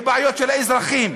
בבעיות של האזרחים,